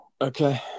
Okay